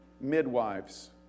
midwives